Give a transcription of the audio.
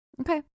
Okay